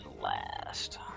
last